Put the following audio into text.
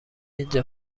اینجا